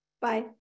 bye